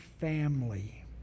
family